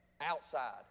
outside